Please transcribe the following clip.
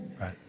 Right